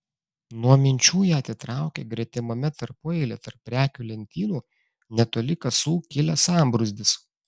nuo minčių ją atitraukė gretimame tarpueilyje tarp prekių lentynų netoli kasų kilęs sambrūzdis